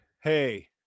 hey